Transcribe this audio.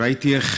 ראיתי איך